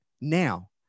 now